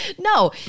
No